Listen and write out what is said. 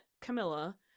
Camilla